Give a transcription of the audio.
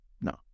no